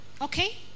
okay